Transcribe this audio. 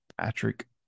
Patrick